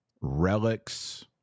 relics